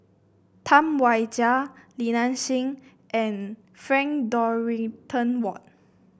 Tam Wai Jia Li Nanxing and Frank Dorrington Ward